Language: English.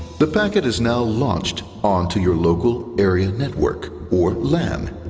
the packet is now launched onto your local area network, or lan.